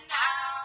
now